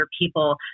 people